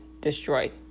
destroyed